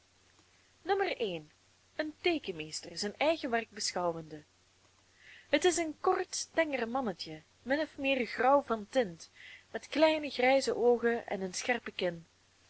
no een teekenmeester zijn eigen werk beschouwende het is een kort tenger mannetje min of meer grauw van tint met kleine grijze oogen en een scherpe kin